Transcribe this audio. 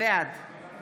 בעד